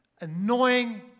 annoying